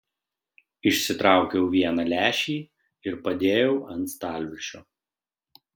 išsitraukiau vieną lęšį ir padėjau ant stalviršio